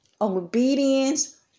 obedience